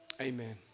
Amen